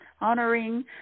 honoring